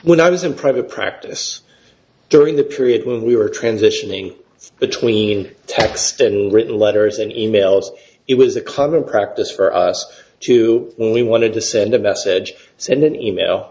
when i was in private practice during the period when we were transitioning between text and written letters and emails it was a common practice for us to only wanted to send a message send an e mail